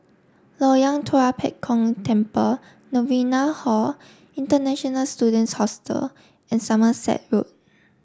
Loyang Tua Pek Kong Temple Novena Hall International Students Hostel and Somerset Road